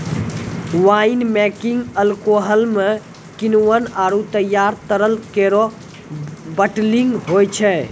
wine making alcohol म किण्वन आरु तैयार तरल केरो बाटलिंग होय छै